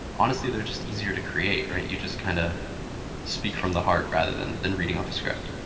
honestly, they're just easier to create, right? you just kinda speak from the heart, rather than than reading off a script.